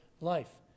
life